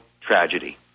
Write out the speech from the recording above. tragedy